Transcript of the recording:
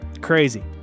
crazy